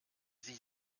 sie